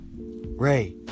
Ray